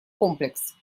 комплекс